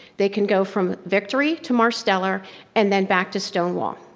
they can go from victory to marstellar and then back to stonewall.